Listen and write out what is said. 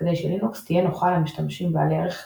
כדי שלינוקס תהיה נוחה למשתמשים בעלי ערך כלכלי,